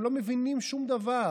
הם לא מבינים שום דבר,